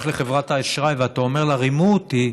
לחברת האשראי ואתה אומר לה: רימו אותי,